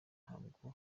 ntabwo